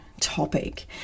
topic